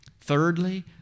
Thirdly